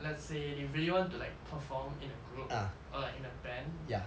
let's say you really want to like perform in a group or like in a band